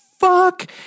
fuck